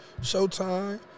Showtime